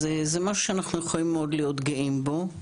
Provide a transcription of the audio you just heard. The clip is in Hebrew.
זה משהו שאנחנו יכולים מאוד להיות גאים בו.